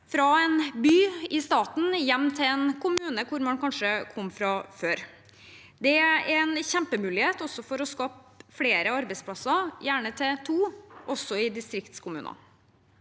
fra en by og hjem til en kommune hvor man kommer fra. Det er en kjempemulighet for å skape flere arbeidsplasser – gjerne til to – i distriktskommunene.